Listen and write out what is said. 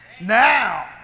Now